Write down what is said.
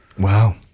Wow